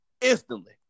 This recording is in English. instantly